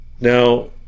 now